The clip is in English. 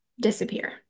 disappear